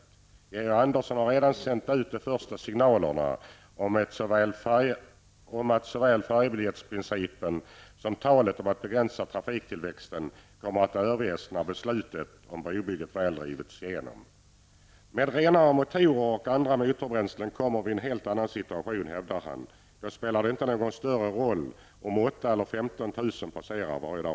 Georg Andersson har redan sänt ut de första signalerna om att såväl ''färjebiljettsprincipen'' som talet om att begränsa trafiktillväxten kommer att överges när beslutet om brobygget väl drivits igenom. Med renare motorer och andra motorbränslen kommer vi i en helt annan situation, hävdar han. Då spelar det inte någon större roll om 8 000 eller 15 000 passerar varje dag.